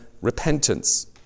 repentance